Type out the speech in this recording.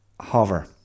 hover